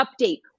update